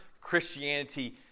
Christianity